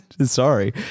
Sorry